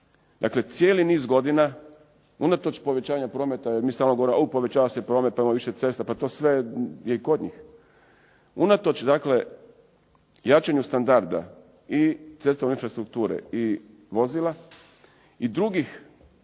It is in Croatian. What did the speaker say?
Dakle, cijeli niz godina unatoč povećanja prometa, jer mi stalno govorimo da se povećava promet, pa imamo više cesta, pa to sve je i kod njih. Unatoč jačanju standarda i cestovne infrastrukture i vozila, i drugih